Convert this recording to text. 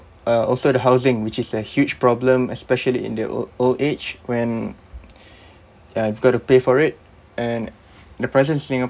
uh also the housing which is a huge problem especially in their old old age when uh you've got to pay for it and the prices in singapore